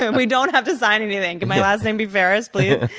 and we don't have to sign anything. can my last name be ferriss, please?